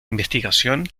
investigación